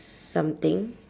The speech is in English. something